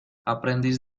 aprendiz